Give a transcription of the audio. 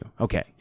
Okay